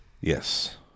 Yes